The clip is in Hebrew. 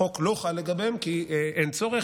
החוק לא חל לגביהם כי אין צורך.